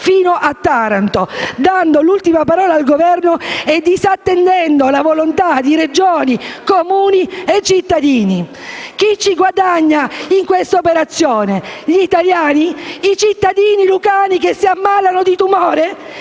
fino a Taranto, dando l'ultima parola al Governo e disattendendo la volontà di Regioni, Comuni e cittadini. Chi ci guadagna in questa operazione? Gli italiani? I cittadini lucani che si ammalano di tumore?